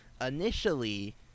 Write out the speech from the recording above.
initially